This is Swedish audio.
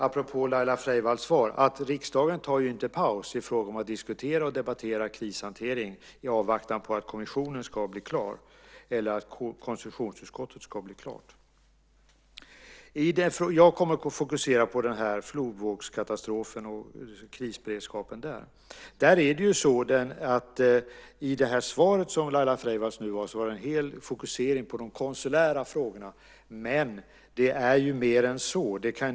Apropå Laila Freivalds svar tar riksdagen inte paus i fråga om att diskutera och debattera krishantering i avvaktan på att kommissionen ska blir klar eller konstitutionsutskottet ska bli klart. Jag kommer att fokusera på flodvågskatastrofen och krisberedskapen där. I svaret som Laila Freivalds nu gav var det fokusering på de konsulära frågorna. Men det är ju mer än så.